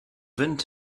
wind